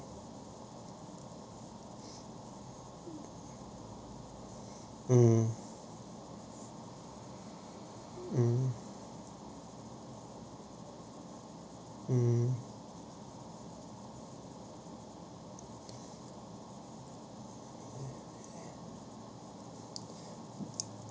uh uh uh